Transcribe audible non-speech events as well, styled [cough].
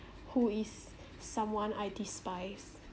who is [breath] someone I despise